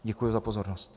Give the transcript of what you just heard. Děkuji za pozornost.